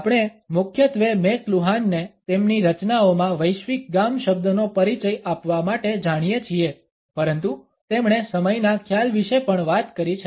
આપણે મુખ્યત્વે મેકલુહાનને તેમની રચનાઓમાં વૈશ્વિક ગામ શબ્દનો પરિચય આપવા માટે જાણીએ છીએ પરંતુ તેમણે સમયના ખ્યાલ વિશે પણ વાત કરી છે